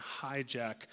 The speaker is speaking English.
hijack